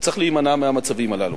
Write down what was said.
צריך להימנע מהמצבים הללו.